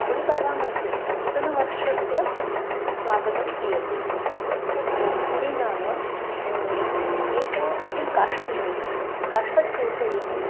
गुडिपाड्वा मध्ये नूतनवर्षस्य स्वागतं क्रियते तत्र गुडि नाम एका एकं काष्ठं भवति काष्ठस्य उपरि